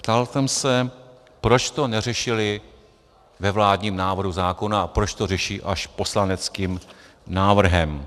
Ptal jsem se, proč to neřešili ve vládním návrhu zákona a proč to řeší až poslaneckým návrhem.